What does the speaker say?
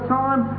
time